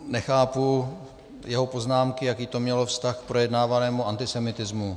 Nechápu jeho poznámky, jaký to mělo vztah k projednávanému antisemitismu.